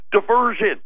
diversion